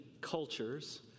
cultures